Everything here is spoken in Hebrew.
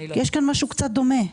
יש פה משהו קצת דומה.